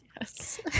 Yes